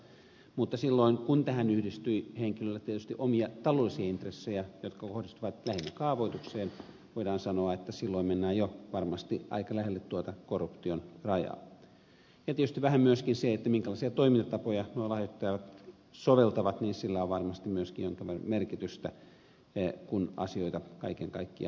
mutta silloin kun tähän yhdistyy henkilöllä tietysti omia taloudellisia intressejä jotka kohdistuvat lähinnä kaavoitukseen voidaan sanoa että silloin mennään jo varmasti aika lähelle tuota korruption rajaa ja tietysti vähän myöskin sillä minkälaisia toimintatapoja nuo lahjoittajat soveltavat on varmasti jonkinlainen merkitys kun asioita kaiken kaikkiaan arvioidaan